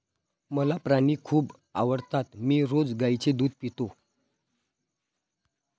मला प्राणी खूप आवडतात मी रोज गाईचे दूध पितो